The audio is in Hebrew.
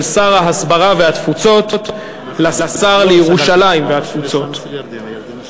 שר ההסברה והתפוצות לשר לירושלים והתפוצות.